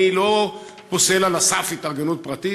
אני לא פוסל על הסף התארגנות פרטית,